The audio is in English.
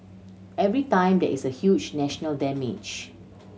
every time there is a huge national damage